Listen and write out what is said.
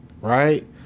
right